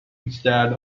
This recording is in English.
instead